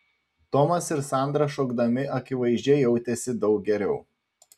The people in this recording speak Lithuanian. tomas ir sandra šokdami akivaizdžiai jautėsi daug geriau